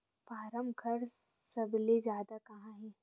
form घर सबले जादा कहां हे